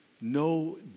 no